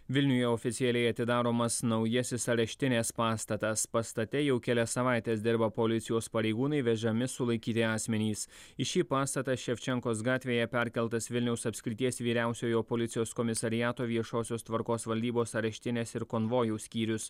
vilniuje oficialiai atidaromas naujasis areštinės pastatas pastate jau kelias savaites dirba policijos pareigūnai vežami sulaikyti asmenys į šį pastatą ševčenkos gatvėje perkeltas vilniaus apskrities vyriausiojo policijos komisariato viešosios tvarkos valdybos areštinės ir konvojaus skyrius